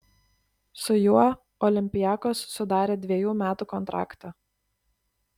su juo olympiakos sudarė dvejų metų kontraktą